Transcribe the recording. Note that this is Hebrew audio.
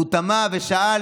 הוא תמה ושאל